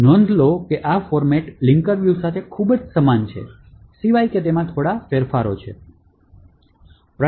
તેથી નોંધ લો કે આ ફોર્મેટ લિંકર વ્યૂ સાથે ખૂબ સમાન છે સિવાય કે તેમાં થોડા ફેરફાર છે